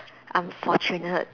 unfortunate